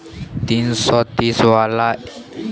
तीन सौ तीस वाला इन्सुरेंस साठ साल में होतै?